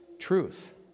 truth